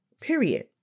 period